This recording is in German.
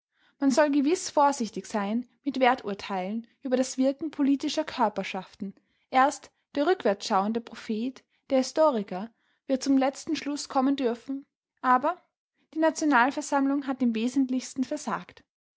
man soll gewiß vorsichtig sein mit werturteilen über das wirken politischer körperschaften erst der rückwärtsschauende prophet der historiker wird zum letzten schluß kommen dürfen aber die nationalversammlung hat im wesentlichsten versagt